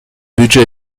budget